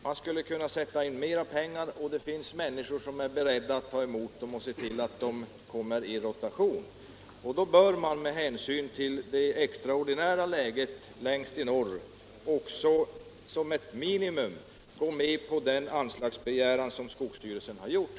Man skulle kunna sätta in mer pengar, och det finns människor som är beredda att ta emot dem och se till att de kommer i rotation. Därför bör man med hänsyn till det extraordinära läget längst i norr också, som ett minimum, gå med på den anslagsbegäran som skogsvårdsstyrelsen har framställt.